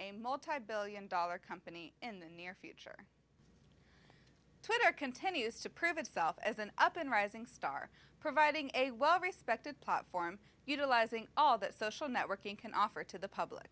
a multibillion dollar company in the near future twitter continues to prove itself as an up and rising star providing a well respected platform utilizing all that social networking can offer to the public